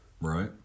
right